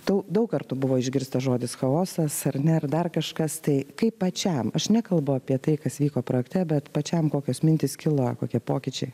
tau daug kartų buvo išgirstas žodis chaosas ar ne ar dar kažkas tai kaip pačiam aš nekalbu apie tai kas vyko projekte bet pačiam kokios mintys kilo kokie pokyčiai